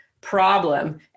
problem